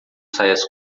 saias